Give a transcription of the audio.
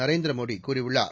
நரேந்திர மோடி கூறியுள்ளார்